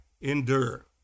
endure